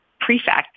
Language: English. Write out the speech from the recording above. prefect